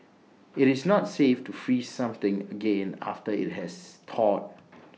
IT is not safe to freeze something again after IT has thawed